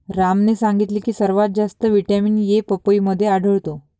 रामने सांगितले की सर्वात जास्त व्हिटॅमिन ए पपईमध्ये आढळतो